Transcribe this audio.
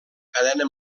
cadena